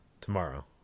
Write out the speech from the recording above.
tomorrow